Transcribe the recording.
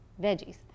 veggies